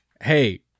Hey